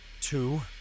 Two